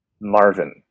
Marvin